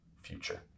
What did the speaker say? future